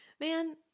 Man